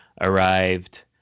arrived